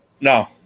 No